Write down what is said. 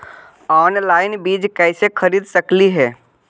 Online बीज कईसे खरीद सकली हे?